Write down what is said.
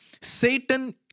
Satan